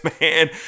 man